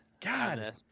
God